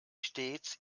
stets